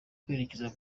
kwerekeza